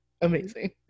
amazing